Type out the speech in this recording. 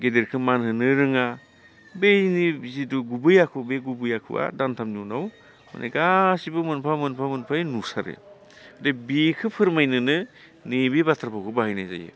गेदेरखौ मान होनो रोङा बिनि जितु गुबै आखु बे गुबै आखुआ दानथामनि उनाव माने गासैबो मोनफा मोनफा मोनफायै नुसारो दा बेखौ फोरमायनोनो नैबे बाथ्रा फावखौ बाहायनाय जायो